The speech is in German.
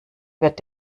wird